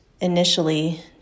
initially